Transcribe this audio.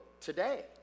today